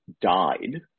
died